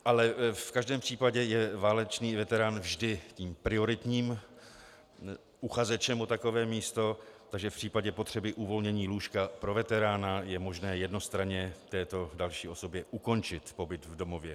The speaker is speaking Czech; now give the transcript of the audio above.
Ale v každém případě je válečný veterán vždy tím prioritním uchazečem o takové místo, takže v případě potřeby uvolnění lůžka pro veterána je možné jednostranně této další osobě ukončit pobyt v domově.